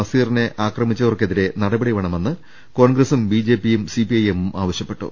നസീറിനെ അക്രമിച്ചവർക്കെതിരെ നടപടി വേണമെന്ന് കോൺഗ്രസും ബിജെ പിയും സിപിഐഎമ്മും ആവശ്യപ്പെട്ടു